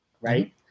right